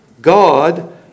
God